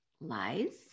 Lies